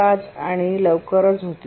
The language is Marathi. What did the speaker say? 5 आणि लवकरच होती